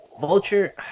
Vulture